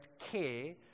care